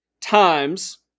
times